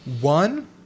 One